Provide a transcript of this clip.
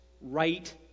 right